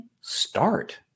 start